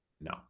No